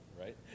right